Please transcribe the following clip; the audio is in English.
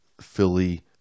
Philly